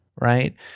right